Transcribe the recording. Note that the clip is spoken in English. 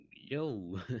yo